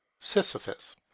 Sisyphus